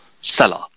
seller